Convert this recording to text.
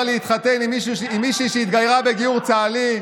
להתחתן עם מישהי שהתגיירה בגיור צה"לי,